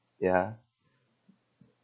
ya